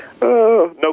No